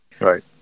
Right